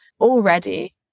already